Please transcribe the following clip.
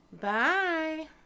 Bye